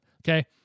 Okay